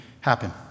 happen